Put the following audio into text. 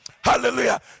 Hallelujah